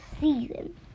season